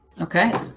Okay